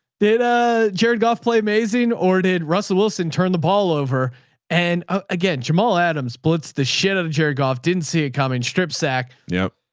did ah jared goff play amazing or did russell wilson turn the ball over and again, jamal adams splits the shit of jerry golf. didn't see it coming. strip sack. yep.